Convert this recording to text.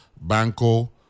Banco